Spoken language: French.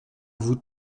vous